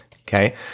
Okay